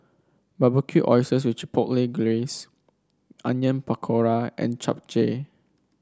Barbecued Oysters with Chipotle Glaze Onion Pakora and Japchae